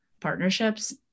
partnerships